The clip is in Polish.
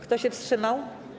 Kto się wstrzymał?